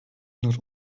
not